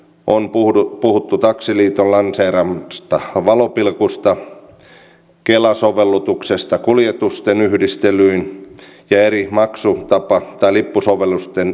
on puhuttu taksiliiton lanseeraamasta valopilkusta kela sovellutuksesta kuljetusten yhdistelyyn ja eri maksutapa tai lippusovellusten yhteensovittamisesta